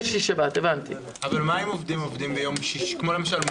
מה עם מורות, למשל,